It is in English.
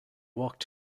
walked